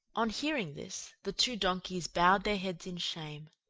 on hearing this, the two donkeys bowed their heads in shame,